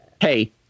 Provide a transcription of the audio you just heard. Hey